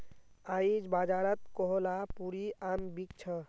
आईज बाजारत कोहलापुरी आम बिक छ